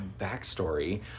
Backstory